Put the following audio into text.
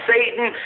Satan